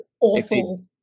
awful